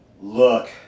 look